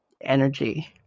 energy